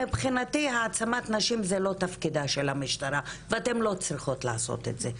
מבחינתי העצמת נשים זה לא תפקידה של המשטרה ואתן לא צריכות לעשות את זה.